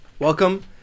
Welcome